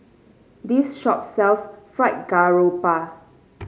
this shop sells Fried Garoupa